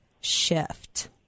Shift